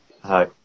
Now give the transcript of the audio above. Hi